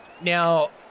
Now